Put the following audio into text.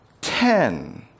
Ten